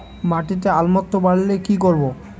মাটিতে অম্লত্ব বাড়লে কি করব?